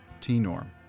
T-norm